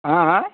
হা হা